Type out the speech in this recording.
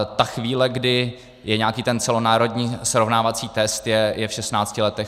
Ta chvíle, kdy je nějaký ten celonárodní srovnávací test, je v 16 letech.